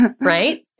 right